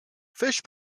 fish